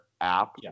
app